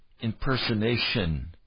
impersonation